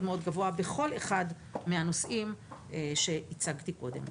מאוד גבוה בכל אחד מהנושאים שהצגתי קודם.